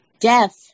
Death